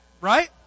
Right